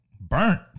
burnt